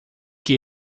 que